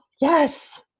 yes